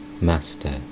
Master